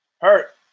Hurt